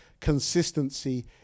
consistency